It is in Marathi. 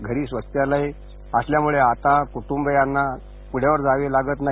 घरी स्वच्छालय असल्यामुळे आता कुटुंबीयांना उघड्यावर जावे लागत नाही